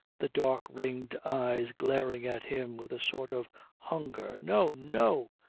the dark-ringed eyes glaring at him with a sort of hunger. no! no!